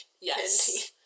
Yes